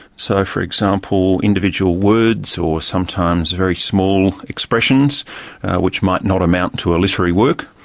so for example, individual words, or sometimes very small expressions which might not amount to a literary work